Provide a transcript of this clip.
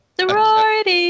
Sorority